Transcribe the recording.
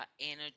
energy